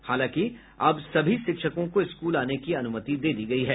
हालांकि अब सभी शिक्षकों को स्कूल आने की अनुमति दे दी गई है